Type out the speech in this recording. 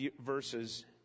verses